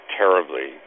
terribly